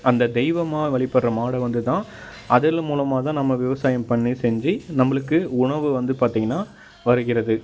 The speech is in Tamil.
அந்தத் தெய்வமாக வழிபடுற மாடை வந்து தான் அதில் மூலமாக தான் நம்ம விவசாயம் பண்ணி செஞ்சு நம்பளுக்கு உணவு வந்து பார்த்தீங்கன்னா வருகிறது